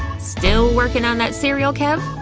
still working on that serial cab